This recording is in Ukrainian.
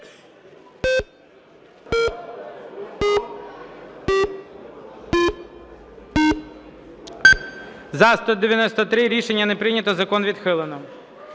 За-193 Рішення не прийнято. Закон відхилено.